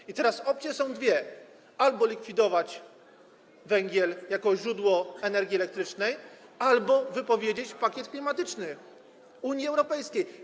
I teraz opcje są dwie: albo likwidować węgiel jako źródło energii elektrycznej, albo wypowiedzieć pakiet klimatyczny Unii Europejskiej.